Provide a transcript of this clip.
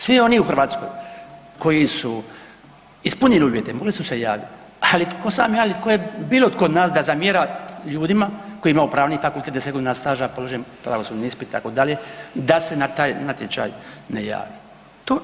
Svi oni u Hrvatskoj koji su ispunili uvjete mogli su se javiti, ali tko sam ja ili tko je bilo tko od nas tko zamjera ljudima koji imaju pravni fakultet, 10 godina staža, položen pravosudni ispit itd., da se na taj natječaj ne jave.